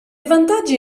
vantaggi